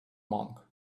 monk